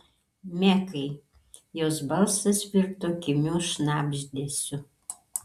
mekai jos balsas virto kimiu šnabždesiu